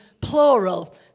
plural